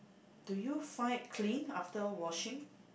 do you find it clean after washing